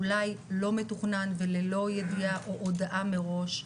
אולי לא מתוכנן וללא ידיעה או הודעה מראש,